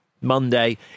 Monday